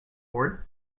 bored